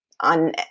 on